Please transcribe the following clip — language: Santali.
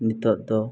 ᱱᱤᱛᱚᱜ ᱫᱚ